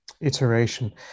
iteration